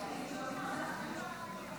את הצעת חוק הכניסה לישראל (תיקון מס׳ 39),